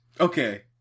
Okay